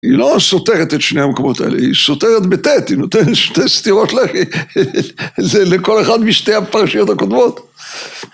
היא לא סותרת את שני המקומות האלה, היא סוטרת בטית, היא נותנת שתי סטירות לחי לכל אחד משתי הפרשיות הקודמות.